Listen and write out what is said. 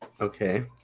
Okay